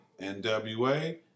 NWA